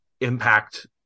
impact